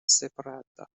separata